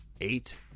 Eight